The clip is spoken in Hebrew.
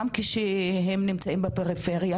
גם כשהם נמצאים בפריפריה,